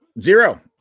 zero